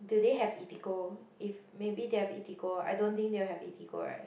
do they have Eatigo if maybe they have Eatigo I don't think they will have Eatigo right